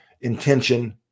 intention